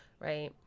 Right